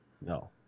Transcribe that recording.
no